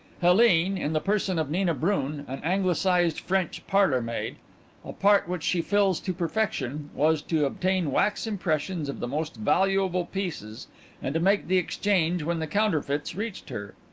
helene, in the person of nina bran, an anglicised french parlourmaid a part which she fills to perfection was to obtain wax impressions of the most valuable pieces and to make the exchange when the counterfeits reached her.